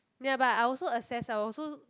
ya but I also access I also